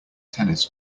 tennis